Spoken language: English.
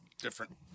different